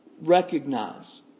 recognize